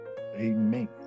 Amen